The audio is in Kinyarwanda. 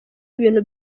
ibintu